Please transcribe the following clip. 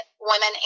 women